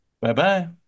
bye-bye